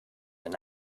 and